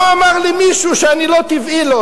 לא אמר לי מישהו שאני לא טבעי לו.